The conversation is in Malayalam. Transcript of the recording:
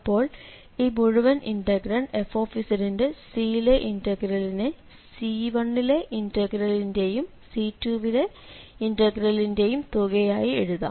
അപ്പോൾ ഈ മുഴുവൻ ഇന്റഗ്രന്റ് f ന്റെ C ലെ ഇന്റഗ്രലിനെ C1 ലെ ഇന്റഗ്രലിന്റെയും C2 വിലെ ഇന്റഗ്രലിന്റെയും തുകയായി എഴുതാം